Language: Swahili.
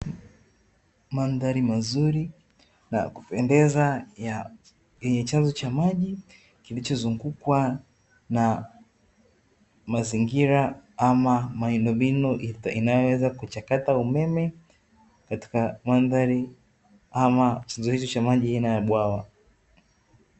Mandhari mazuri na ya kupendeza yenye chanzo cha maji kilichozungukwa na mazingira ama miundombinu, inayoweza kuchakata umeme katika mandhari ama chanzo hiki cha maji aina ya bwawa.